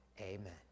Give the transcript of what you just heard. amen